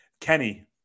Kenny